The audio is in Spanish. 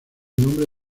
nombre